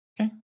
Okay